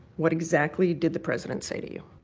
what exactly did the president say to you?